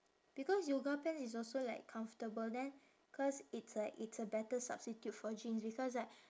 because yoga pants is also like comfortable then cause it's like it's a better substitute for jeans because like